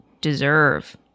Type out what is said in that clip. deserve